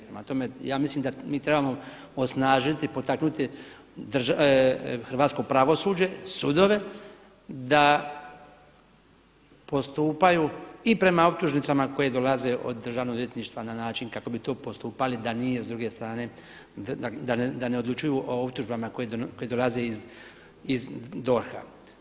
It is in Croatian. Prema tome, ja mislim da mi trebamo osnažiti i potaknuti hrvatsko pravosuđe, sudove da postupaju i prema optužnicama koje dolaze od državnog odvjetništva na način kako bi tu postupali da nije s druge strane, da ne odlučuju o optužbama koje dolaze iz DORH-a.